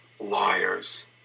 liars